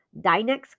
Dynex